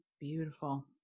Beautiful